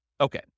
Okay